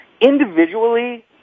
Individually